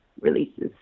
releases